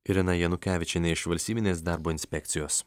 irina janukevičienė iš valstybinės darbo inspekcijos